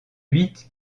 huit